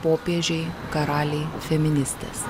popiežiai karaliai feministės